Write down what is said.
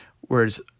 Whereas